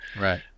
right